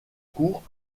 cours